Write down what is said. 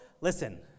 listen